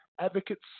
Advocates